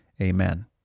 Amen